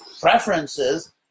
preferences